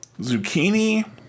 zucchini